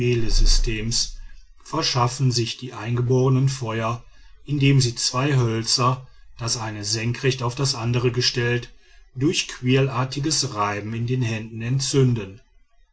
verschaffen sich die eingeborenen feuer indem sie zwei hölzer das eine senkrecht auf das andere gestellt durch quirlartiges reiben mit den händen entzünden